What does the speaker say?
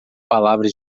palavras